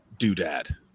doodad